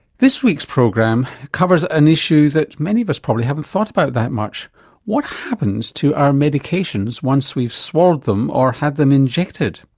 this week's program covers an issue that many of us probably haven't thought about that much what happens to our medications once we've swallowed them or had them injected?